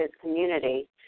community